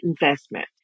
investment